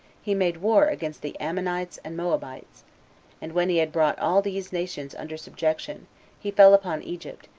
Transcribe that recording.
he made war against the ammonites and moabites and when he had brought all these nations under subjection, he fell upon egypt,